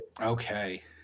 Okay